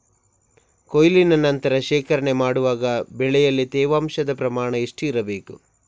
ಕೊಯ್ಲಿನ ನಂತರ ಶೇಖರಣೆ ಮಾಡುವಾಗ ಬೆಳೆಯಲ್ಲಿ ತೇವಾಂಶದ ಪ್ರಮಾಣ ಎಷ್ಟು ಇರಬೇಕು?